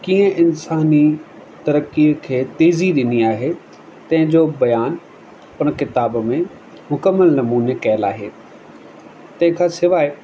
कीअं इंसानी तरक़ीअ खे तेज़ी ॾिञी आहे तंहिंजो बयान उन किताब में मुकमिल नमूने कयलु आहे तंहिंखां सवाइ